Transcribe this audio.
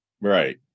Right